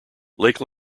lake